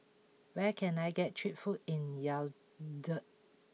where can I get cheap food in Yaounde